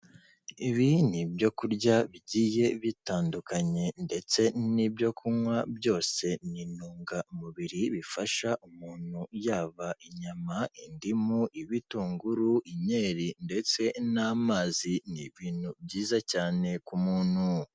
Ibi ni ibyo kurya bigiye bitandukanye, ndetse n'ibyo kunywa byose ni intungamubiri, bifasha umuntu yaba inyama, indimu, ibitunguru, inkeri, ndetse n'amazi, ni ibintu byiza cyane ku muntu.